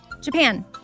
Japan